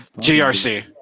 GRC